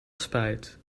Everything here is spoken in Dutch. spijt